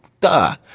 duh